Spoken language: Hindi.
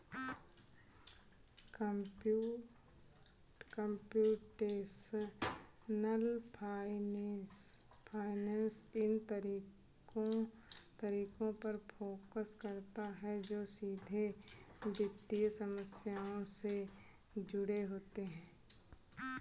कंप्यूटेशनल फाइनेंस इन तरीकों पर फोकस करता है जो सीधे वित्तीय समस्याओं से जुड़े होते हैं